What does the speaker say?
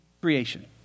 creation